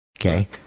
Okay